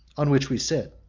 on which we sit,